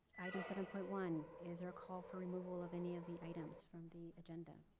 item seven point one, is there a call for removal of any of the items from the agenda?